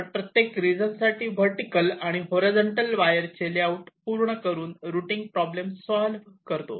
आपण प्रत्येक रिजन साठी वर्टीकल आणि हॉरीझॉन्टल वायर ले आऊट पूर्ण करून रुटींग प्रॉब्लेम सॉल्व्ह करतो